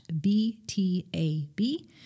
B-T-A-B